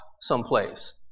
someplace